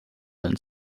than